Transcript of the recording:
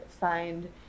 find